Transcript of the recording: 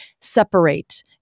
separate